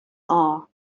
are